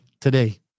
today